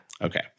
Okay